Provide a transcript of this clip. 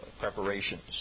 preparations